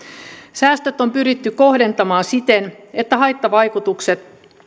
säästöt on pyritty kohdentamaan siten että haittavaikutukset